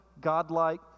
godlike